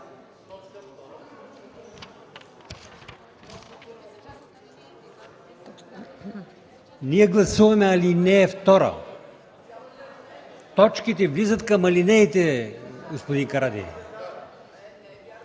Ние гласуваме ал. 2. Точките влизат към алинеите, господин Карадайъ.